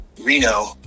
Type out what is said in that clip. Reno